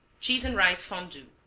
cheese and rice fondue